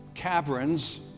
Caverns